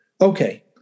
Okay